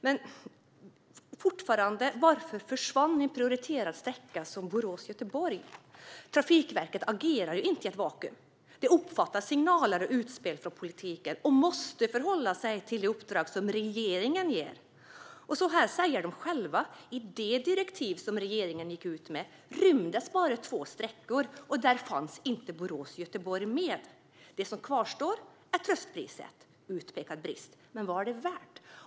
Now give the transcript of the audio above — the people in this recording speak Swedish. Men fortfarande: Varför försvann en prioriterad sträcka som Borås-Göteborg? Trafikverket agerar inte i ett vakuum. Det uppfattar signaler och utspel från politiken och måste förhålla sig till det uppdrag som regeringen ger. Så här säger de själva: I det direktiv som regeringen gick ut med rymdes bara två sträckor, och där fanns inte Borås-Göteborg med. Det som kvarstår är tröstpriset - utpekad brist. Men vad är det värt?